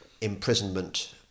imprisonment